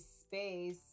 space